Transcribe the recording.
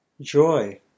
Joy